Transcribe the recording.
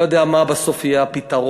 לא יודע מה בסוף יהיה הפתרון,